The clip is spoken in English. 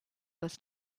was